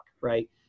right